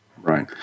Right